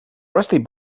rusty